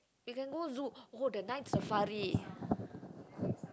we can go zoo or the Night Safari